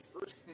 first